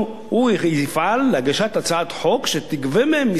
הוא יפעל להגשת הצעת חוק שתגבה מהם מסים כחוק.